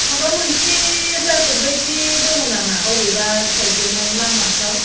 माबा मोनसे जागोन बायदि दङ नामा बबेबा साइडजोंहाय लामाफ्राव